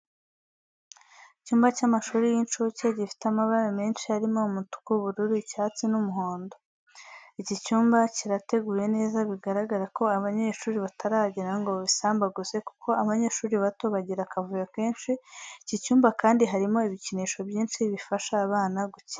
Icyumba cy'amashuri y'incuke gifite amabara menshi harimo umutuku, ubururu, icyatsi n'umuhondo. Iki cyumba kirateguye neza bigaragara ko abanyeshuri batarahagera ngo bagisambaguze kuko abanyeshuri bato bagira akavuyo kenshi. Iki cyumba kandi harimo ibikinisho byinshi bifasha abana gukina.